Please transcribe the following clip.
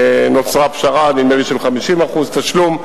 נוצרה פשרה, נדמה לי של 50% תשלום.